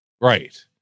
Right